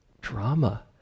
drama